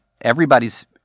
everybody's